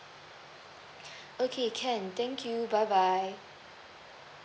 okay can thank you bye bye